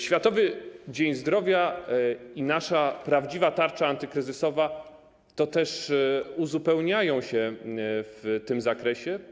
Światowy Dzień Zdrowia i nasza prawdziwa tarcza antykryzysowa uzupełniają się w tym zakresie.